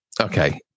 Okay